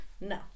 no